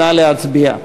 נא להצביע.